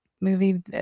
movie